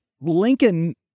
Lincoln